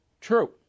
True